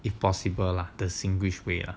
if possible lah the singlish way lah